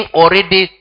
already